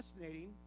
fascinating